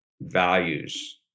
values